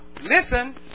Listen